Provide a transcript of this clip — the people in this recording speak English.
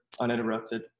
uninterrupted